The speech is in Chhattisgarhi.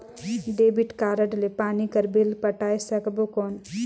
डेबिट कारड ले पानी कर बिल पटाय सकबो कौन?